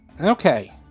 Okay